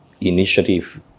initiative